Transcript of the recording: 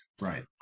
right